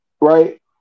right